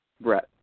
Brett